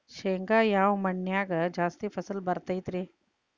ಶೇಂಗಾ ಯಾವ ಮಣ್ಣಿನ್ಯಾಗ ಜಾಸ್ತಿ ಫಸಲು ಬರತೈತ್ರಿ?